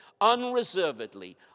Unreservedly